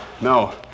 No